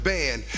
Band